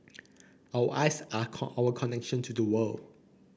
our eyes are our connection to the world